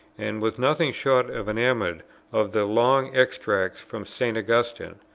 and was nothing short of enamoured of the long extracts from st. augustine,